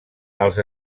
als